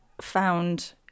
found